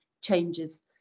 changes